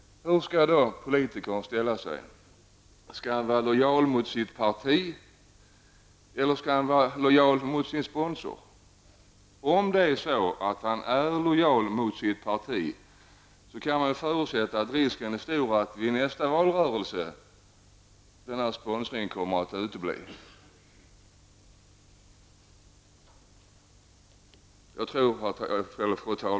Hur skall då politikern ställa sig? Skall han vara lojal mot sitt parti eller skall han vara lojal mot sin sponsor? Är han lojal mot sitt parti kan man utgå ifrån att risken är stor att sponsringen kommer att utebli i nästa valrörelse.